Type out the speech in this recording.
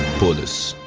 for this